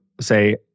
say